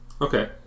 okay